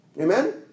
Amen